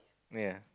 ya